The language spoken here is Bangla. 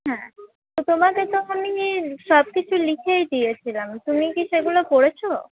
হ্যাঁ তো তোমাকে তো আমি সবকিছু লিখেই দিয়েছিলাম তুমি কি সেগুলো পড়েছ